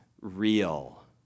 real